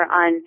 on